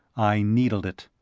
i needled it.